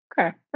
Okay